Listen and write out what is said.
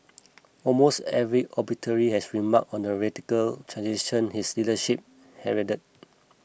almost every obituary has remarked on the radical transition his leadership heralded